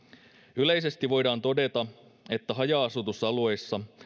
yleisesti voidaan todeta että haja asutusalueilla